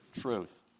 truth